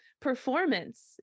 performance